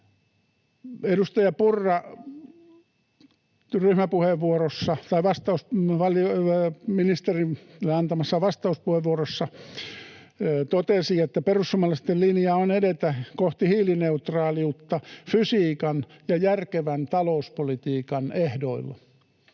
Edustaja Purra ministerille antamassaan vastauspuheenvuorossa totesi, että perussuomalaisten linja on edetä kohti hiilineutraaliutta fysiikan ja järkevän talouspolitiikan ehdoilla